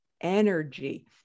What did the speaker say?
energy